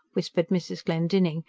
whispered mrs. glendinning,